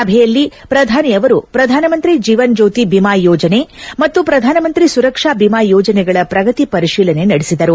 ಸಭೆಯಲ್ಲಿ ಪ್ರಧಾನಿ ಅವರು ಪ್ರಧಾನಮಂತ್ರಿ ಜೀವನ್ ಜ್ಯೋತಿ ಬಿಮಾ ಯೋಜನೆ ಮತ್ತು ಪ್ರಧಾನಮಂತ್ರಿ ಸುರಕ್ಷಾ ಬಿಮಾ ಯೋಜನೆಗಳ ಪ್ರಗತಿ ಪರಿಶೀಲನೆ ನಡೆಸಿದರು